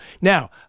Now